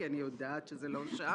כי אני יודעת שזה לא שם.